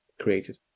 created